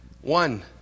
One